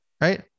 Right